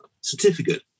certificate